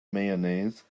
mayonnaise